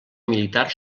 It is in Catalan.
militar